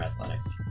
athletics